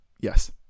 Yes